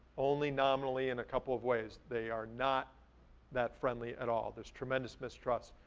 only nominally in a couple of ways. they are not that friendly at all. there's tremendous mistrust.